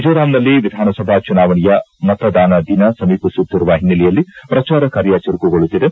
ಮಿಜೋರಾಂನಲ್ಲಿ ವಿಧಾನಸಭಾ ಚುನಾವಣೆಯ ಮತದಾನದಿನ ಸಮೀಪಿಸುತ್ತಿರುವ ಹಿನ್ನೆಲೆಯಲ್ಲಿ ಪ್ರಚಾರ ಕಾರ್ಯ ಚುರುಕುಗೊಳ್ಳುತ್ತಿದೆ